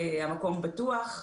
המקום פתוח.